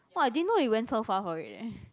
!wah! I didn't know you went so far for it leh